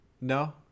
no